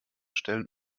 stellen